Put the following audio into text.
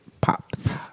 pops